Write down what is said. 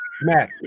Matt